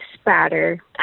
spatter